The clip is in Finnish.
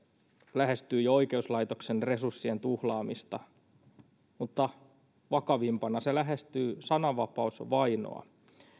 lähestyy jo oikeuslaitoksen resurssien tuhlaamista mutta vakavimpana se lähestyy sananvapausvainoa